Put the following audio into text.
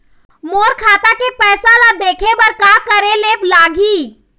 मोर खाता के पैसा ला देखे बर का करे ले लागही?